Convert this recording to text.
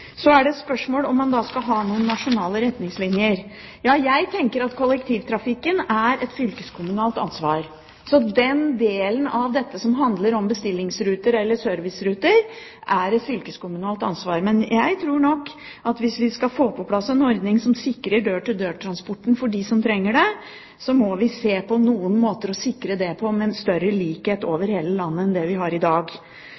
Så er det spørsmål om nasjonale retningslinjer. Jeg tenker at kollektivtrafikken er et fylkeskommunalt ansvar. Den delen av dette som handler om bestillingsruter eller serviceruter, er et fylkeskommunalt ansvar. Men jeg tror nok at hvis vi skal få på plass en ordning som sikrer dør til dør-transport for dem som trenger det, må vi se på noen måter å sikre dette på, med større likhet